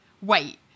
wait